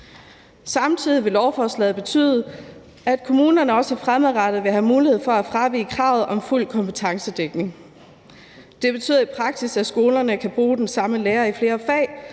Samtidig vil lovforslaget betyde, at kommunerne også fremadrettet vil have mulighed for at fravige kravet om fuld kompetencedækning. Det betyder i praksis, at skolerne kan bruge den samme lærer i flere fag,